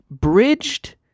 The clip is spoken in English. Bridged